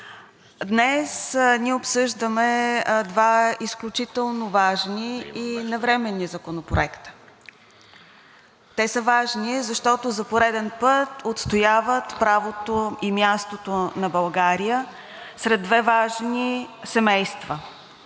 Днес ние обсъждаме два изключително важни и навременни законопроекта. Те са важни, защото за пореден път отстояват правото и мястото на България сред две важни семейства